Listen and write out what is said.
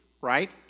right